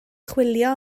chwilio